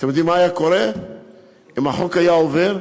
אתם יודעים מה היה קורה אם החוק היה עובר?